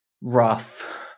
rough